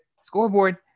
scoreboard